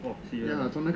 oh serious ah